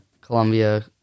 Colombia